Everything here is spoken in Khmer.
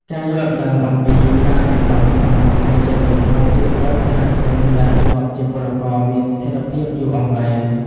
ការយល់ដឹងអំពី "ការសន្សំសម្រាប់ថ្ងៃចូលនិវត្តន៍" ជួយឱ្យសហគ្រិនដែលធ្លាប់ជាពលករមានស្ថិរភាពយូរអង្វែង។